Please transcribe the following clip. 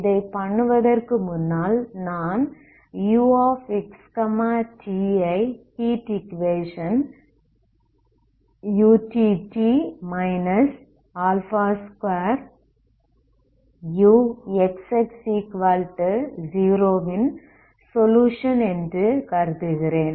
இதை பண்ணுவதற்கு முன்னால் நான்uxt ஐ ஹீட் ஈக்குவேஷன் ut 2uxx0 ன் சொலுயுஷன் என்று கருதுகிறேன்